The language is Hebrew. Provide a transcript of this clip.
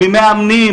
ממאמנים,